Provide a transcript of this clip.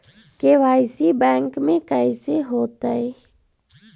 KYC bank में कैसे होतै?